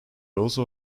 also